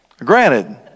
Granted